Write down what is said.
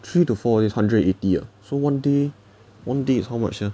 three to four days hundred and eighty ah so one day one day is how much ah